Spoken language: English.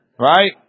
Right